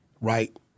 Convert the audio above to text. right